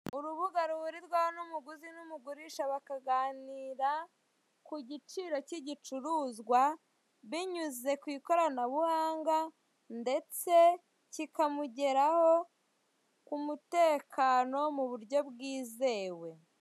Urubuga ruhurirwaho n'umuguzi n'umugurishwa bakaganira ku giciro k'igicuruzwa binyuze ku ikoranabuhanga ndetse kikamugeraho ku mutekano mu buryo bwizewe.